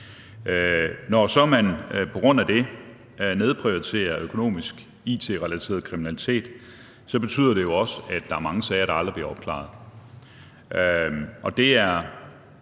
Når så man på grund af det nedprioriterer økonomisk it-relateret kriminalitet, betyder det jo også, at der er mange sager, der aldrig bliver opklaret,